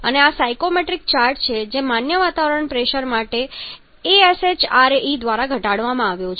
અને આ એક સાયકોમેટ્રિક ચાર્ટ છે જે માન્ય વાતાવરણીય પ્રેશર માટે ASHRAE દ્વારા ઘડવામાં આવ્યો છે